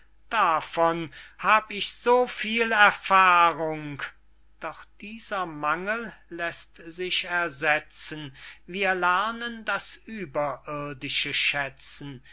davon hab ich so viel erfahrung doch dieser mangel läßt sich ersetzen wir lernen das ueberirdische schätzen